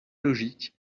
logique